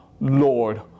Lord